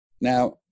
Now